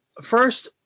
First